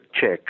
check